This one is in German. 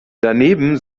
daneben